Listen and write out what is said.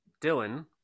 Dylan